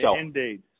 Indeed